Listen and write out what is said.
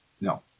No